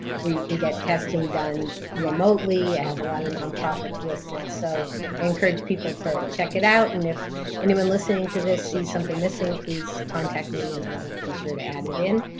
where you can get testing done remotely. i have a lot of non-profits listed. so i encourage people to check it out. and if anyone listening to this sees something missing, please contact me, and i'll be sure to add it in.